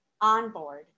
onboard